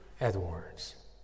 Edwards